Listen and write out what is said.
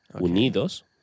Unidos